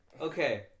Okay